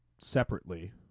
separately